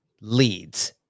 leads